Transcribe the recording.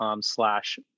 slash